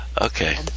Okay